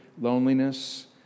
loneliness